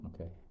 Okay